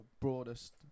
broadest